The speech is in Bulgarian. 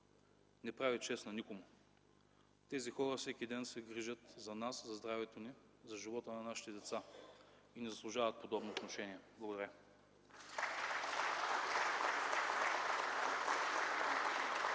не прави чест никому. Тези хора всеки ден се грижат за нас, за здравето ни, за живота на нашите деца и не заслужават подобно отношение. Благодаря.